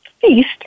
feast